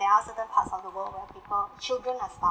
there are certain parts of the world where people children are